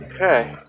Okay